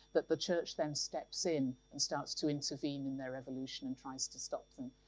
that the church then steps in and starts to intervene in their evolution and tries to stop them.